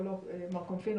מר קונפינו,